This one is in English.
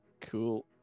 Cool